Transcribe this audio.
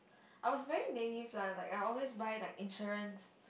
I was very naive lah I always buy like insurance